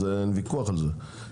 אין ויכוח על זה.